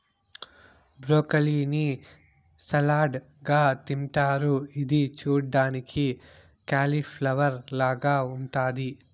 broccoli ని salad గా తింటారు ఇది చూడ్డానికి కాలిఫ్లవర్ లాగ ఉంటాది